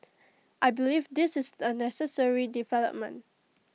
I believe this is A necessary development